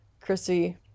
Chrissy